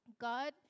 God